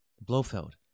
Blofeld